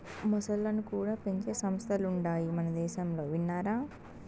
మొసల్లను కూడా పెంచే సంస్థలుండాయి మనదేశంలో విన్నారా